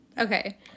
Okay